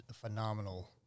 phenomenal